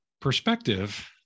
perspective